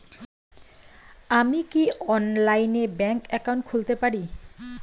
আমি কি অনলাইনে ব্যাংক একাউন্ট খুলতে পারি?